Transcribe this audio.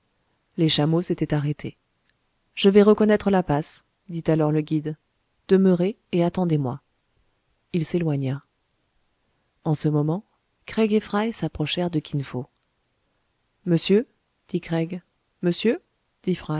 les chameaux s'étaient arrêtés je vais reconnaître la passe dit alors le guide demeurez et attendez-moi il s'éloigna en ce moment craig et fry s'approchèrent de kin fo monsieur dit craig monsieur